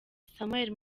samuel